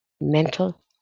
mental